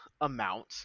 amount